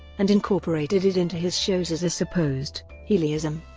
and incorporated it into his shows as a supposed healey-ism.